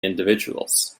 individuals